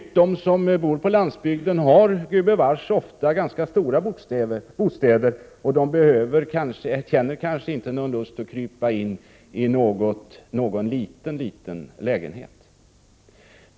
De som bor på landsbygden har gubevars ofta ganska stora bostäder och känner kanske inte någon lust att krypa ini en liten lägenhet.